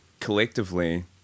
Collectively